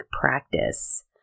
practice